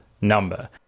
number